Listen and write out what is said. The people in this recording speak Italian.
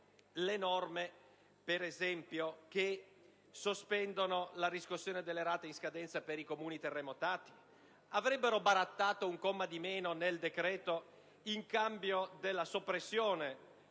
le norme che, per esempio, sospendono la riscossione delle rate in scadenza per i Comuni terremotati? Avrebbero barattato un comma di meno nel decreto con il far pagare